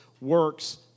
works